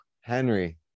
Henry